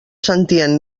sentien